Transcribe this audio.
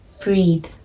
breathe